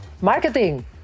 marketing